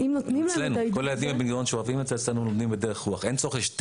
אנחנו יודעים שלמידה בין תחומית היא יכולה להיות למידה יותר רלוונטית,